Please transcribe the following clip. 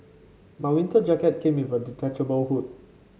my winter jacket came with a detachable hood